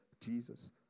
Jesus